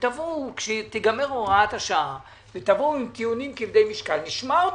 תבואו כשתיגמר הוראת השעה ותבואו עם טיעונים כבדי משקל נשמע אתכם.